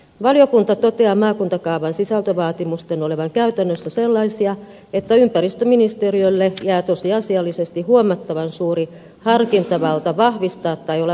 valiokunta toteaa maakuntakaavan sisältövaatimusten olevan käytännössä sellaisia että ympäristöministeriölle jää tosiasiallisesti huomattavan suuri harkintavalta vahvistaa tai olla vahvistamatta kaavaa